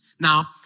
Now